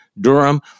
Durham